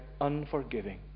unforgiving